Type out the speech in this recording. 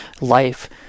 life